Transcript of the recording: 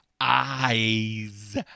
eyes